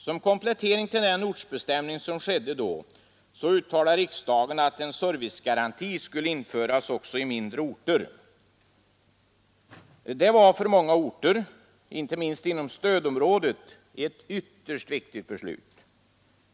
Som komplettering till den ortsbestämning som skedde då uttalade riksdagen att en servicegaranti skulle införas också i mindre orter. Det var för många orter, inte minst inom stödområdet, ett ytterst viktigt beslut.